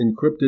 encrypted